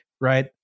Right